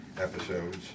episodes